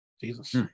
Jesus